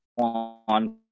on